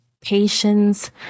patience